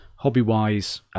Hobby-wise